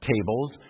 tables